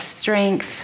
strength